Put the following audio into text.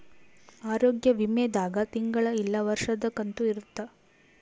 ಆರೋಗ್ಯ ವಿಮೆ ದಾಗ ತಿಂಗಳ ಇಲ್ಲ ವರ್ಷದ ಕಂತು ಇರುತ್ತ